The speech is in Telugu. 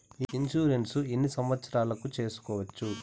ఇన్సూరెన్సు ఎన్ని సంవత్సరాలకు సేసుకోవచ్చు?